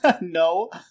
No